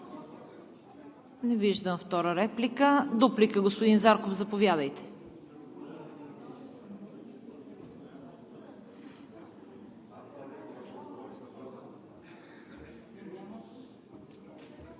Не виждам втора реплика. Дуплика – господин Зарков, заповядайте.